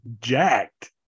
jacked